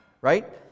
right